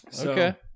Okay